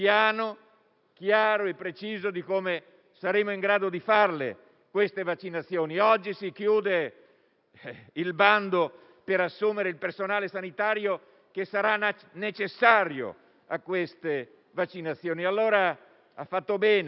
chiaro e preciso di come saremo in grado di farlo. Oggi si chiude il bando per assumere il personale sanitario che sarà necessario per le vaccinazioni. Allora ha fatto bene